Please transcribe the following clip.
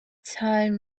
time